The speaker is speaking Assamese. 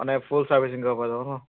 মানে ফুল চাৰ্ভিচিং কৰিব পৰা যাব ন